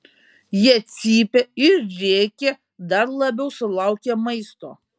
jie cypia ir rėkia dar labiau sulaukę maisto